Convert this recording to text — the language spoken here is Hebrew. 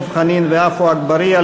דב חנין ועפו אגבאריה,